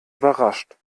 überrascht